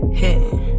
hitting